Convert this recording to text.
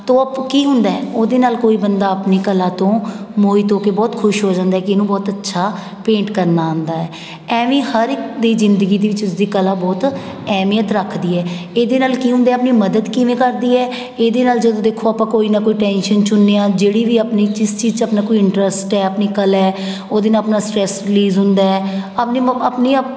ਕੀ ਹੁੰਦਾ ਓਹਦੇ ਨਾਲ ਕੋਈ ਬੰਦਾ ਆਪਣੀ ਕਲਾ ਤੋਂ ਮੋਹਿਤ ਹੋ ਕੇ ਬਹੁਤ ਖੁਸ਼ ਹੋ ਜਾਂਦਾ ਕਿ ਇਹਨੂੰ ਬਹੁਤ ਅੱਛਾ ਪੇਂਟ ਕਰਨਾ ਆਉਂਦਾ ਹੈ ਇਵੇਂ ਹਰ ਇੱਕ ਦੀ ਜ਼ਿੰਦਗੀ ਦੇ ਵਿੱਚ ਇਸਦੀ ਕਲਾ ਬਹੁਤ ਅਹਿਮੀਅਤ ਰੱਖਦੀ ਹੈ ਇਹਦੇ ਨਾਲ ਕੀ ਹੁੰਦਾ ਆਪਣੀ ਮਦਦ ਕਿਵੇਂ ਕਰਦੀ ਹੈ ਇਹਦੇ ਨਾਲ ਜਦੋਂ ਦੇਖੋ ਆਪਾਂ ਕੋਈ ਨਾ ਕੋਈ ਟੈਂਸ਼ਨ 'ਚ ਹੁੰਦੇ ਹਾਂ ਜਿਹੜੀ ਵੀ ਆਪਣੀ ਜਿਸ ਚੀਜ਼ 'ਚ ਆਪਣਾ ਕੋਈ ਇੰਟਰਸਟ ਹੈ ਆਪਣੀ ਕਲਾ ਓਹਦੇ ਨਾਲ ਆਪਣਾ ਸਟਰੈੱਸ ਰੀਲੀਜ਼ ਹੁੰਦਾ ਆਪਣੀ ਮ ਆਪਣੀ